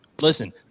listen